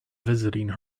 visiting